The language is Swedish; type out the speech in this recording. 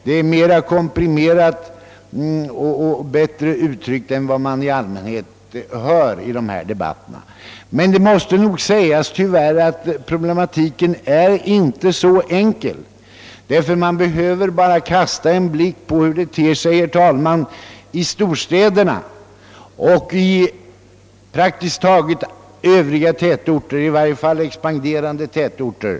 Det är klarare och mer komprimerat än vad man i allmänhet är van vid i dessa debatter. Men det måste nog tyvärr sägas att problematiken i verkligheten inte är så enkel. Man behöver bara kasta en blick på hur det ter sig, herr talman, i storstäderna och i praktiskt taget alla tätorter, i varje fall i de expanderande tätorterna.